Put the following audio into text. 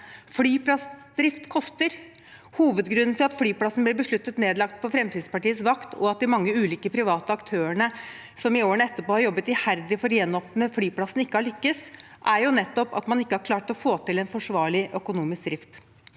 Flyplassdrift koster. Hovedgrunnen til at flyplassen ble besluttet nedlagt på Fremskrittspartiets vakt, og at de mange ulike private aktørene som i årene etterpå har jobbet iherdig for å gjenåpne flyplassen, ikke har lykkes, er jo nettopp at man ikke har klart å få til en forsvarlig økonomisk drift